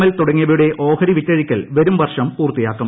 L തുടങ്ങിയവയുടെ ഓഹരി വിറ്റഴിക്കൽ വരും വർഷം പൂർത്തിയാക്കും